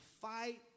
fight